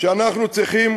שאנחנו צריכים